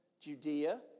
Judea